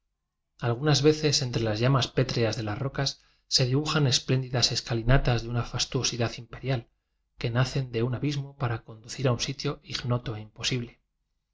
algunas veces entre las llamas pétreas de las rocas se dibujan espléndidas escalinatas de una fastuosidad imperial que nacen de un abismo para con ducir a un sitio ignoto e imposible